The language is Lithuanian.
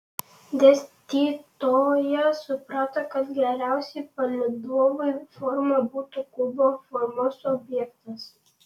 dėstytojas suprato kad geriausia palydovui forma būtų kubo formos objektas